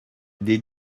des